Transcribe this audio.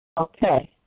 Okay